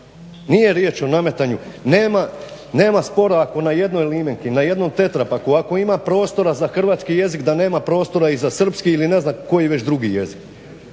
Nije riječ o nametanju, nema spora ako na jednoj limenki, na jednom tetrapaku ako ima prostora za hrvatski jezik da nema prostora i za srpski ili ne znam koji već drugi jezik.